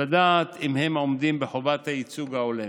לדעת אם הם עומדים בחובת הייצוג ההולם.